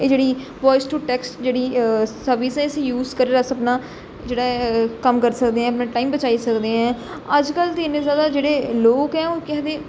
एह् जेहड़ी voice to text जेहड़ी सर्वसिस यूज करी अस अपना जेहड़ा ऐ कम्म करी सकदे हां टाइम बचाई सकदे अजकल ते इन्नी ज्यादा जेहडे़ लोक ऐ केह् आक्खदे